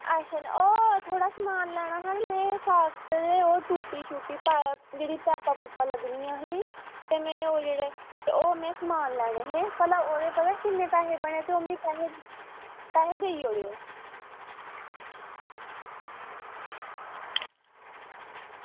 अच्छा ओह् थोह्ड़ा समान लैना हा नी में टुट्टी ओह् पाइपां लगनियां हियां ते में ओह् जेह्ड़े ओह् समान लैने हे ते भला ओह्दे किन्ने पैसे बने ओह् में पैसे देई ओड़ेओ